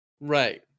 Right